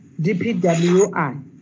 dpwi